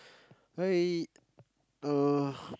I uh